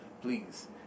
please